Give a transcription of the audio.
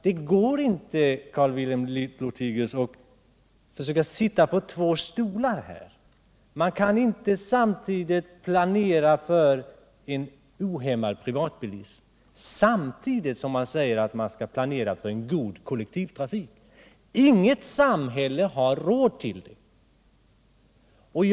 Det går inte, Carl-Wilhelm Lothigius, att här försöka sitta på två stolar. Man kan inte planera för en ohämmad privatbilism samtidigt som man säger att man skall planera för en god kollektivtrafik. Inget samhälle har råd till detta.